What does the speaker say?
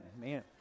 man